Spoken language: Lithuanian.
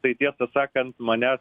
tai tiesą sakant mane